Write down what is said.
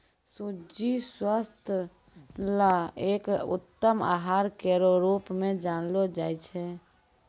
सूजी स्वास्थ्य ल एक उत्तम आहार केरो रूप म जानलो जाय छै